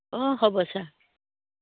অঁ হ'ব ছাৰ